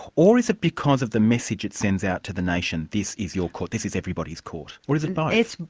or is it because of the message it sends out to the nation? this is your court, this is everybody's court? or is it and both?